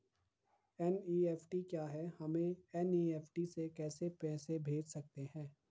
NEFT क्या है हम एन.ई.एफ.टी से कैसे पैसे भेज सकते हैं?